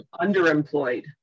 underemployed